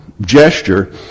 gesture